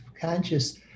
conscious